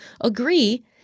agree